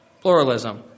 Pluralism